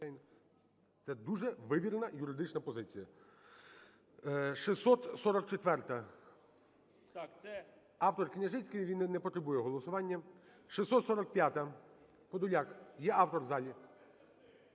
Це дуже вивірена юридично позиція. 644-а. Автор Княжицький, він не потребує голосування. 645-а. Подоляк. Є автор в залі?